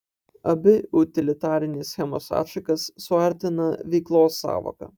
abi utilitarinės schemos atšakas suartina veiklos sąvoka